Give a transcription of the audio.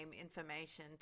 information